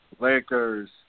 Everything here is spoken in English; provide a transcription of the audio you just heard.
Lakers